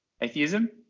atheism